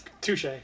Touche